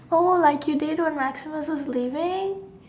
oh like you did when maximus was leaving